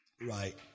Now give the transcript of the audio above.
right